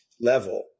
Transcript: level